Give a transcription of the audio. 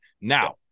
Now